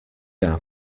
are